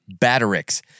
Batterix